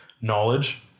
knowledge